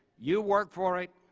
you worked for it,